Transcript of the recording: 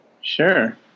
Sure